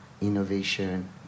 innovation